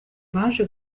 baje